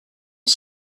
was